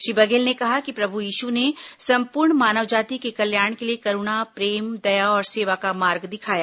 श्री बघेल ने कहा कि प्रभू यीशु ने संपूर्ण मानव जाति के कल्याण के लिए करूणा प्रेम दया और सेवा का मार्ग दिखाया